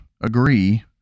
agree